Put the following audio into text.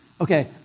Okay